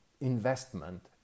investment